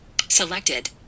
selected